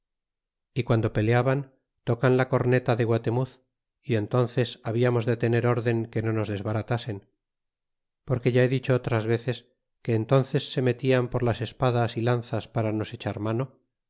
y guando peleaban tocan la corneta de guatemuz y entances hablamos de tener den que no nos desbaratasen porque ya he dicho otras veces que entances se mellan por las espadas y lanzas para nos echar mano